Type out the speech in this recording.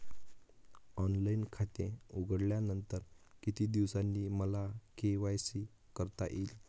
Online खाते उघडल्यानंतर किती दिवसांनी मला के.वाय.सी करता येईल?